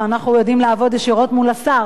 אנחנו יודעים לעבוד ישירות מול השר,